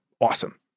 awesome